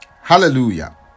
hallelujah